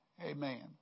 Amen